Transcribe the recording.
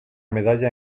medalla